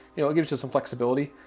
you know it gives you some flexibility,